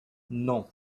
non